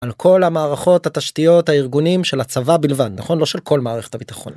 על כל המערכות, התשתיות, הארגונים, של הצבא בלבד, נכון? לא של כל מערכת הביטחון.